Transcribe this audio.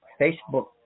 Facebook